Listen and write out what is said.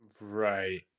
right